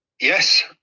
yes